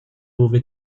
buca